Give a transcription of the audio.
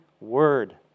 word